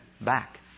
back